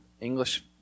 English